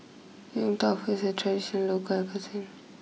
Yong Tau Foo is a tradition local cuisine